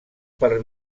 per